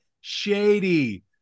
Shady